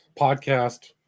podcast